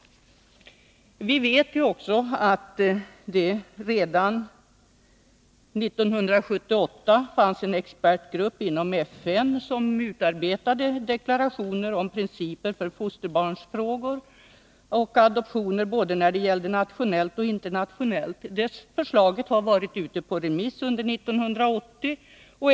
Vi vet att det redan 1978 fanns en expertgrupp inom FN som, med tanke på både nationella och internationella förhållanden, utarbetade deklarationer om principer beträffande fosterbarnsfrågor och adoptioner. Det förslaget har varit ute på remiss under 1980.